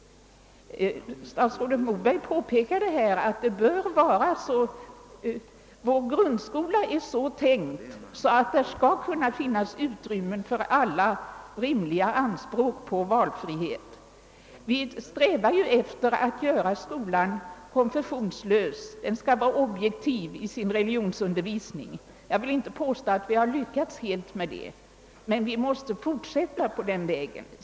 Statsrådet Moberg påpekade att vår grundskola skall ge utrymme för alla rimliga anspråk på valfrihet. Vi strävar efter att göra skolan konfessionslös; den skall vara objektiv i sin religionsundervisning. Jag vill inte påstå att vi därvidlag har lyckats. Men vi måste fortsätta på den vägen.